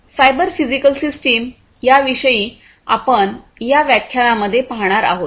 cyber physical systems या याविषयी आपण या व्याख्यानांमध्ये पाहणार आहोत